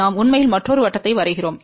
நாம் உண்மையில் மற்றொரு வட்டத்தை வரைகிறோம்